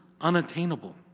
unattainable